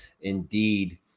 indeed